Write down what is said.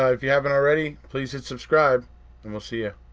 ah if you haven't already, please hit subscribe and we'll see